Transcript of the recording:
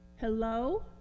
Hello